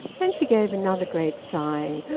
and she gave another great sigh,